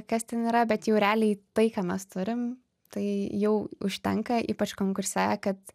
kas ten yra bet jau realiai tai ką mes turim tai jau užtenka ypač konkurse kad